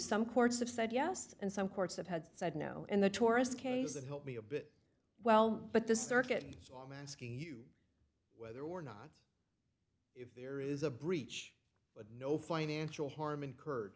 some courts have said yes and some courts have had said no in the tourist case that help me a bit well but the circuit so i'm asking you whether or not if there is a breach but no financial harm incurred